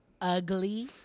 ugly